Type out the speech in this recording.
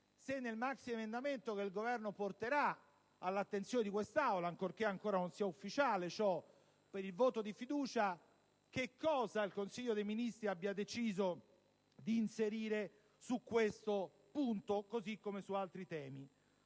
nel maxiemendamento che il Governo porterà all'attenzione di quest'Aula - ancorché ciò non sia ancora ufficiale - per il voto di fiducia, cosa il Consiglio dei ministri abbia deciso di inserire su questo punto, così come su altri temi.